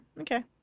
okay